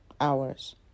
hours